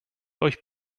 euch